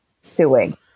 suing